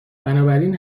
بنابراین